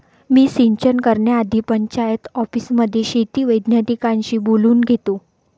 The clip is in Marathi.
मी सिंचन करण्याआधी पंचायत ऑफिसमध्ये शेती वैज्ञानिकांशी बोलून घेतो